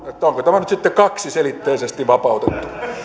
onko tämä nyt sitten kaksiselitteisesti vapautettu